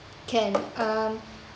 can um